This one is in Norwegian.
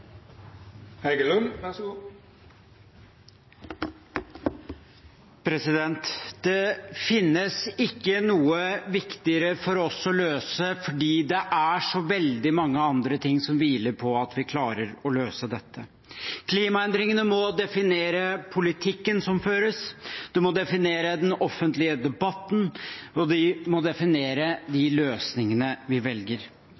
det er så veldig mye annet som hviler på at vi klarer å løse dette – klimaendringene må definere politikken som føres, den offentlige debatten og de løsningene vi velger. Klima er komplisert, det er vanskelig å kommunisere, og det finnes ingen enkle løsninger. Det må strukturelle endringer til. De